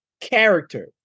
Character